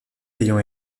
ayant